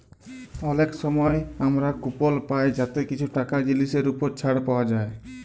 অলেক সময় আমরা কুপল পায় যাতে কিছু টাকা জিলিসের উপর ছাড় পাউয়া যায়